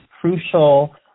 crucial